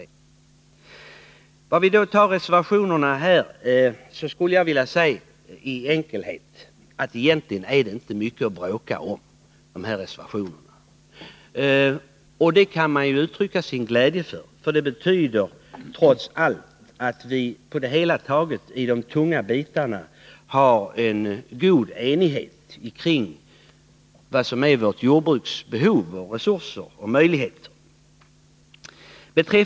Beträffande reservationerna skulle jag bara vilja säga att det egentligen inte finns mycket att bråka om. Det kan man uttrycka sin glädje över, för det betyder trots allt att det när det gäller de tunga bitarna på det hela taget råder stor enighet i fråga om jordbrukets behov, resurser och möjligheter.